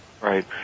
Right